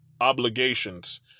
obligations